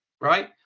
right